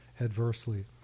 adversely